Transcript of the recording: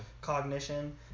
cognition